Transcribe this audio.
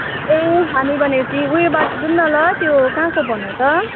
ए हामी भनेपछि उयोे बाटो जाउँ न ल त्यो कहाँको भन त